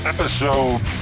Episode